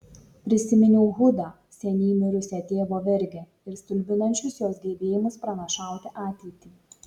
prisiminiau hudą seniai mirusią tėvo vergę ir stulbinančius jos gebėjimus pranašauti ateitį